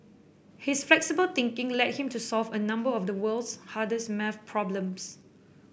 his flexible thinking led him to solve a number of the world's hardest maths problems